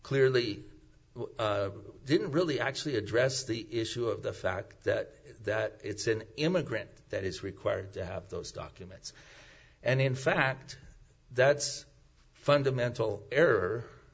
clearly didn't really actually address the issue of the fact that it's an immigrant that is required to have those documents and in fact that's fundamental error